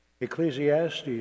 Ecclesiastes